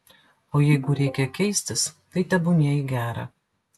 o jeigu reikia keistis tai tebūnie į gera